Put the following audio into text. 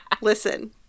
Listen